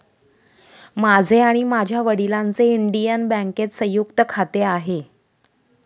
माझे आणि माझ्या वडिलांचे इंडियन बँकेत संयुक्त खाते आहे